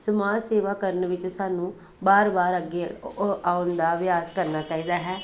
ਸਮਾਜ ਸੇਵਾ ਕਰਨ ਵਿੱਚ ਸਾਨੂੰ ਵਾਰ ਵਾਰ ਅੱਗੇ ਆ ਆਉਣ ਦਾ ਅਭਿਆਸ ਕਰਨਾ ਚਾਹੀਦਾ ਹੈ